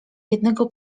jednego